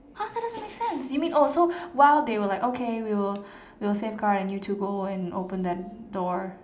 !huh! that doesn't make sense you mean oh so while they were like okay we will we will safeguard while you two go and open that door